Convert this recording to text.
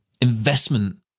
investment